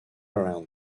around